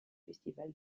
festival